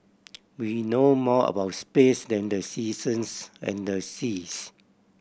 we know more about space than the seasons and the seas